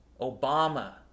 Obama